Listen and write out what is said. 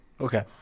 Okay